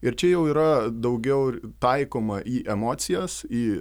ir čia jau yra daugiau ir taikoma į emocijas į